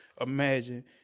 imagine